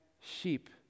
sheep